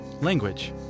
Language